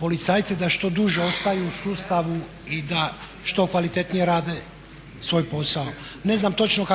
policajce da što duže ostaju u sustavu i da što kvalitetnije rade svoj posao. Ne znam točno